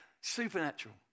supernatural